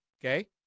Okay